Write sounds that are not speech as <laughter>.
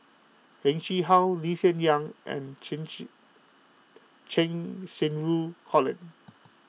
Heng Chee How Lee Hsien Yang and <unintelligible> Cheng Xinru Colin